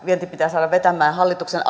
vienti pitää saada vetämään ja hallituksen